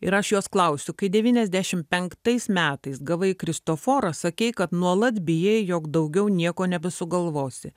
ir aš jos klausiu kai devyniasdešim penktais metais gavai kristoforą sakei kad nuolat bijai jog daugiau nieko nebesugalvosi